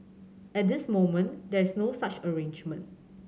at this moment there is no such arrangement